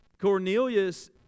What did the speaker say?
Cornelius